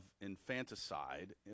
infanticide